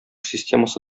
системасы